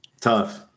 tough